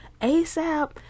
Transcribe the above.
ASAP